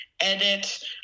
edit